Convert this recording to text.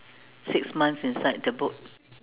six months inside the boat